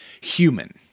human